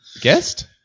Guest